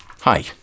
Hi